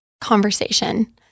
Conversation